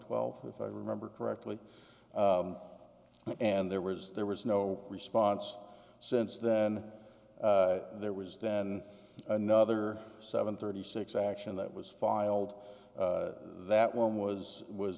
twelve if i remember correctly and there was there was no response since then there was then another seven thirty six action that was filed that one was was